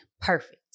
perfect